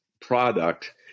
product